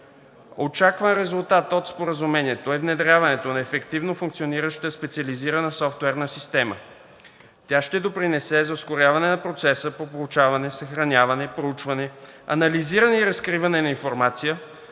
Очакван резултат от Споразумението е внедряването на ефективно функционираща специализирана софтуерна система. Тя ще допринесе за ускоряване на процеса по получаване, съхраняване, проучване, анализиране и разкриване на информация,